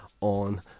on